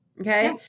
Okay